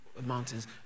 mountains